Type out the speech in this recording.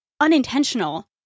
unintentional